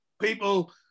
people